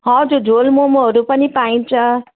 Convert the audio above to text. हजुर झोल मोमोहरू पनि पाइन्छ